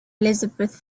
elizabeth